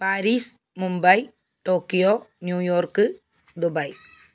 Paris Mumbai Tokyo New York Dubai